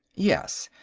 yes.